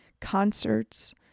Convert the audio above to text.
concerts